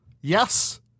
Yes